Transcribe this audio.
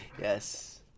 Yes